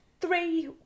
three